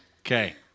Okay